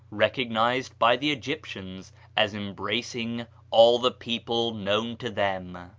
recognized by the egyptians as embracing all the people known to them.